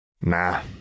Nah